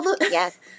Yes